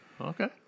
okay